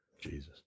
Jesus